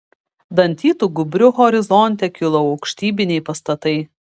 dantytu gūbriu horizonte kilo aukštybiniai pastatai